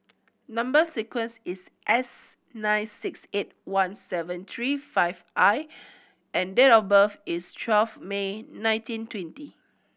number sequence is S nine six eight one seven tree five I and date of birth is twelve May nineteen twenty